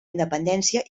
independència